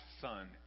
son